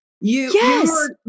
Yes